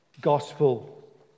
gospel